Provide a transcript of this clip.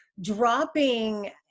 Dropping